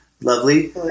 lovely